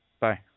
Bye